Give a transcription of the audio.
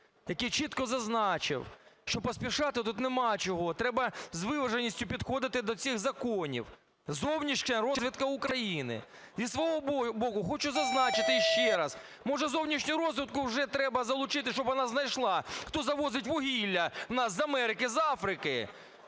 який чітко зазначив, що поспішати тут нема чого, треба з виваженістю підходити до цих законів - зовнішня розвідка України. Зі свого боку хочу зазначити іще раз: може, зовнішню розвідку вже треба залучити, щоб вона знайшла, хто завозить вугілля в нас з Америки, з Африки?